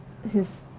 his